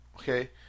Okay